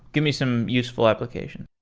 give me some useful application.